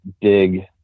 dig